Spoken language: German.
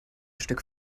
stück